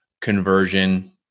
conversion